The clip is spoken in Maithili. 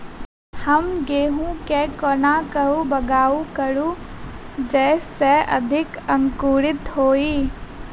हम गहूम केँ कोना कऽ बाउग करू जयस अधिक अंकुरित होइ?